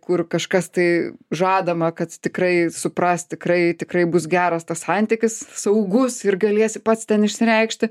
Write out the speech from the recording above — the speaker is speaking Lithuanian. kur kažkas tai žadama kad tikrai supras tikrai tikrai bus geras tas santykis saugus ir galėsi pats ten išsireikšti